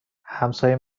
همسایه